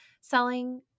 selling